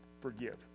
forgive